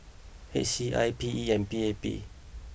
H C I P E and P A P